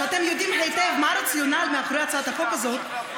שאתם יודעים היטב מה הרציונל מאחורי הצעת החוק הזאת,